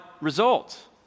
result